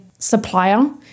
supplier